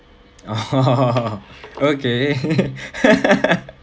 okay